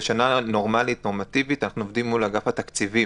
בשנה נורמלית נורמטיבית אנחנו עובדים מול אגף התקציבים.